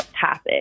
topic